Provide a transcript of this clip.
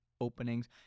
openings